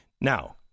Now